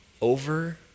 over